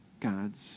God's